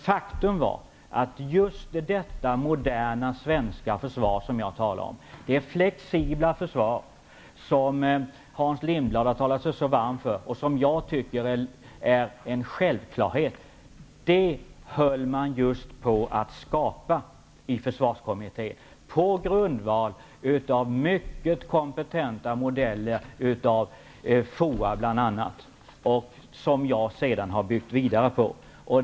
Faktum var att detta moderna, flexibla svenska försvar -- som Hans Lindblad talat sig så varm för, och som jag tycker är en självklarhet -- höll på att skapas i försvarskommittén på grundval av mycket kompetenta modeller från bl.a. FOA. Jag har sedan byggt vidare på dem.